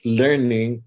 learning